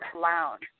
lounge